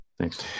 Thanks